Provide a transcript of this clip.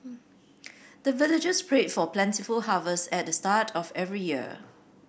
the villagers pray for plentiful harvest at the start of every year